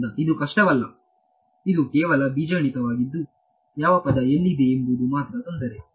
ಆದ್ದರಿಂದ ಇದು ಕಷ್ಟವಲ್ಲ ಇದು ಕೇವಲ ಬೀಜಗಣಿತವಾಗಿದ್ದು ಯಾವ ಪದವು ಎಲ್ಲಿದೆ ಎಂಬುವುದು ಮಾತ್ರ ತೊಂದರೆ